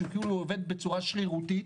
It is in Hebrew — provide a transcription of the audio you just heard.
שכאילו עובד בצורה שרירותית,